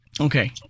okay